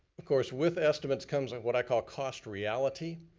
of course, with estimates comes, like what i call, cost reality.